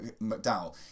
McDowell